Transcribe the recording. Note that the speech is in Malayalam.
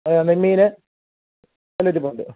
നെയ്മീൻ എല്ലാം ഇരിപ്പുണ്ട്